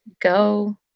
go